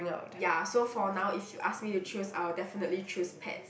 ya so for now if you ask me to choose I will definitely choose pets